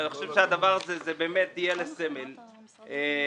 ואני חושב שהדבר הזה יהיה לסמל להמשך.